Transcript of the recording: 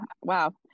wow